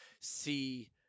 see